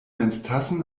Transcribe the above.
menstassen